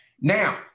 Now